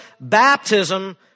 baptism